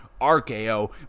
RKO